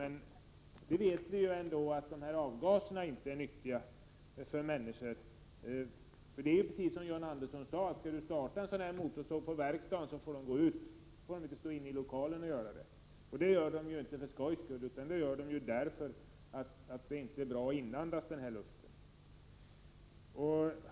Men vi vet ändå att dessa avgaser inte är nyttiga för människor. Precis som John Andersson sade: Skall man använda en sådan här motorsåg vid en verkstad måste man gå ut. Man får inte vara inne i lokalen och göra det. Så gör man inte för skojs skull utan därför att det inte är bra att inandas dessa avgaser.